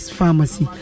Pharmacy